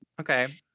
Okay